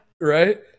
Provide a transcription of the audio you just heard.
Right